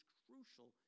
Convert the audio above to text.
crucial